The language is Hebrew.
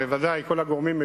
וודאי כל הגורמים,